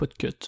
PodCut